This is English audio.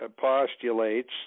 postulates